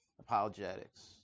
apologetics